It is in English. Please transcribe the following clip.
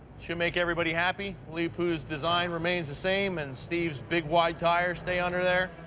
should make everybody happy. leepu's design remains the same and steve's big wide tires stay under there.